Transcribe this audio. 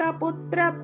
putra